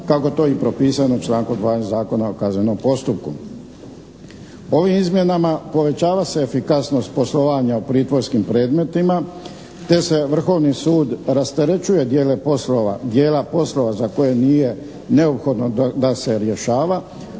kako je to i propisano člankom 2. Zakona o kaznenom postupku. Ovim izmjenama povećava se efikasnost poslovanja o pritvorskim predmetima te se Vrhovni sud rasterećuje dijela poslova za koje nije neophodno da se rješava,